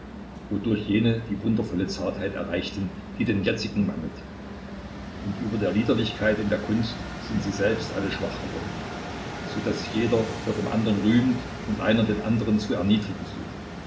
wodurch jene die wundervolle zartheit erreichten die den jetzigen mangelt und über der liederlichkeit in der kunst sind sie selbst alle schwach geworden so daß sich jeder vor dem anderen rühmt und einer den anderen zu erniedrigen sucht